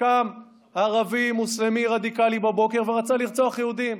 קם ערבי מוסלמי רדיקלי בבוקר ורצה לרצוח יהודים.